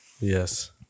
Yes